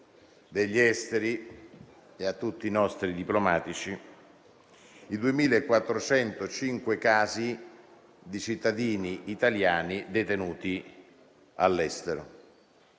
internazionale e a tutti i nostri diplomatici, 2.405 casi di cittadini italiani detenuti all'estero.